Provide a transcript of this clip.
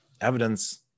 evidence